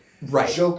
Right